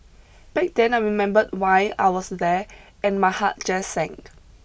back then I remembered why I was there and my heart just sank